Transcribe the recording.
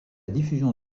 diffusion